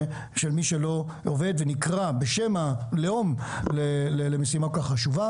מי שלא עובד ונקרא בשם הלאום למשימה כל כך חשובה.